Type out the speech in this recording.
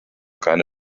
keine